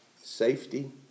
safety